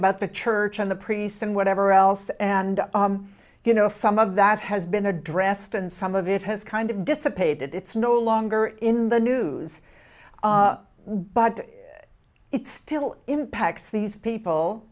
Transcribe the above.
about the church and the priests and whatever else and you know some of that has been addressed and some of it has kind of dissipated it's no longer in the news but it still impacts these people